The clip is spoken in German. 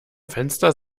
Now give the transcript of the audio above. fenster